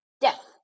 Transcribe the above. death